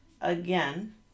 again